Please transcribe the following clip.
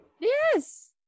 Yes